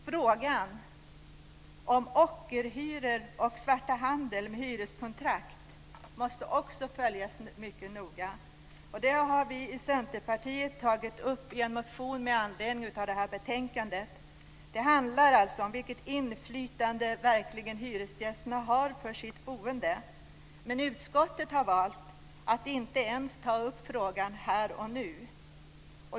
Frågan om ockerhyror och svarthandel med hyreskontrakt måste också följas mycket noga. Det har vi i Centerpartiet tagit upp i en motion med anledning av detta betänkande. Det handlar alltså om vilket inflytande som hyresgästerna verkligen har på sitt boende. Men utskottet har valt att inte ens ta upp frågan här och nu.